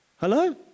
hello